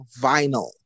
Vinyl